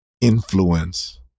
influence